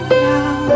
now